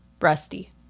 rusty